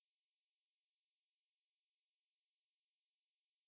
um night mode just means